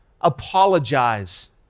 Apologize